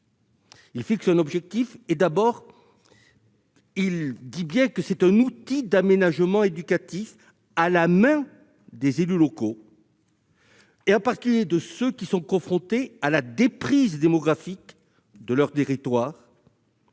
fixe un objectif. Elle pose que le dispositif est un outil d'aménagement éducatif à la main des élus locaux, en particulier de ceux qui sont confrontés à la déprise démographique de leur territoire.